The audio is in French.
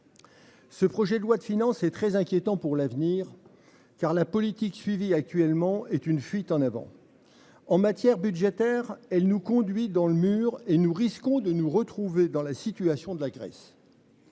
Ce projet de loi de finances et très inquiétant pour l'avenir car la politique suivie actuellement est une fuite en avant. En matière budgétaire, elle nous conduit dans le mur et nous risquons de nous retrouver dans la situation de la Grèce.--